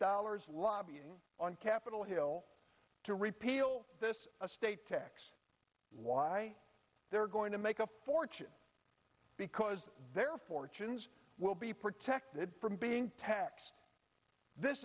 dollars lobbying on capitol hill to repeal this a state tax why they're going to make a fortune because their fortunes will be protected from being taxed this